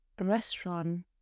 restaurant